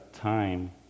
time